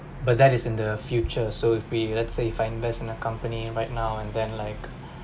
but that is in the future so if we let's say if I invest in a company right now and then like